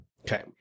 okay